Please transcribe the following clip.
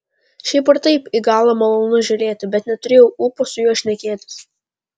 šiaip ar taip į galą malonu žiūrėti bet neturėjau ūpo su juo šnekėtis